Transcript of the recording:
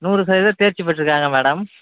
நூறு சதவீதம் தேர்ச்சி பெற்றுருக்காங்க மேடம்